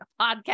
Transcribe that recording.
podcast